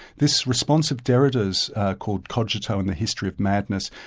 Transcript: this response of derrida's called cogito and the history of madness,